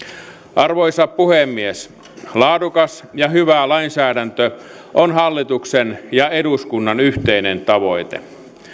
arvoisa puhemies laadukas ja hyvä lainsäädäntö on hallituksen ja eduskunnan yhteinen tavoite